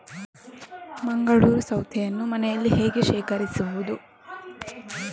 ಮಂಗಳೂರು ಸೌತೆಯನ್ನು ಮನೆಯಲ್ಲಿ ಹೇಗೆ ಶೇಖರಿಸುವುದು?